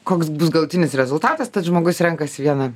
koks bus galutinis rezultatas tas žmogus renkasi vieną